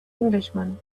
englishman